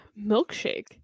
Milkshake